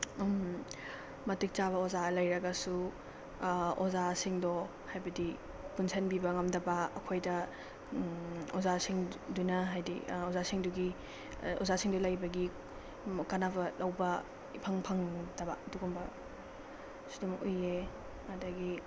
ꯃꯇꯤꯛ ꯆꯥꯕ ꯑꯣꯖꯥꯁꯤꯡ ꯂꯩꯔꯒꯁꯨ ꯑꯣꯖꯥꯁꯤꯡꯗꯣ ꯍꯥꯏꯕꯗꯤ ꯄꯨꯟꯁꯤꯟꯕꯤꯕ ꯉꯝꯗꯕ ꯑꯩꯈꯣꯏꯗ ꯑꯣꯖꯥꯁꯤꯡꯗꯨꯅ ꯍꯥꯏꯗꯤ ꯑꯣꯖꯥꯁꯤꯡꯗꯣ ꯂꯩꯕꯒꯤ ꯀꯥꯟꯅꯕ ꯂꯧꯕ ꯏꯐꯪ ꯐꯪꯗꯕ ꯑꯗꯨꯒꯨꯝꯕ ꯁꯤ ꯑꯗꯨꯝ ꯎꯏꯌꯦ ꯑꯗꯒꯤ